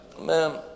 Amen